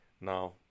now